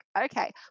okay